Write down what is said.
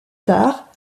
tard